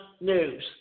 news